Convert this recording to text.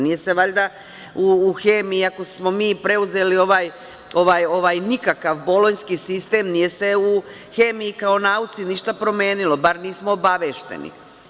Nije se valjda u hemiji, ako smo mi preuzeli ovaj nikakav bolonjski sistem, nije se u hemiji kao nauci ništa promenilo, bar nismo obavešteni.